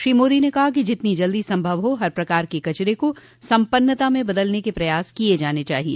श्री मोदी ने कहा कि जितनी जल्दी संभव हो हर प्रकार के कचरे को संपन्नता में बदलने के प्रयास किए जाने चाहिए